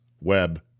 web